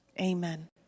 Amen